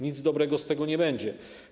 Nic dobrego z tego nie będzie.